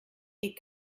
est